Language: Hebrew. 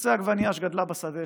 תרצה עגבנייה שגדלה בשדה,